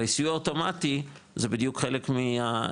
הרי סיוע אוטומטי זה בדיוק חלק מהיופי